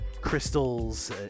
crystals